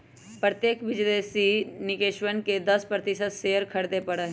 प्रत्यक्ष विदेशी निवेशकवन के दस प्रतिशत शेयर खरीदे पड़ा हई